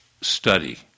study